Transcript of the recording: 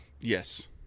yes